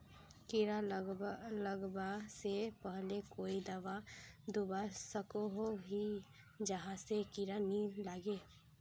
कीड़ा लगवा से पहले कोई दाबा दुबा सकोहो ही जहा से कीड़ा नी लागे?